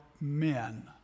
men